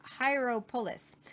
Hieropolis